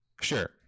Sure